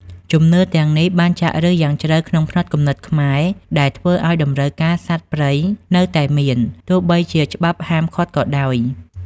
ជំនឿទាំងនេះបានចាក់ឫសយ៉ាងជ្រៅក្នុងផ្នត់គំនិតខ្មែរ ដែលធ្វើឱ្យតម្រូវការសត្វព្រៃនៅតែមាន ទោះបីជាច្បាប់ហាមឃាត់ក៏ដោយ។